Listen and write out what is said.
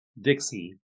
Dixie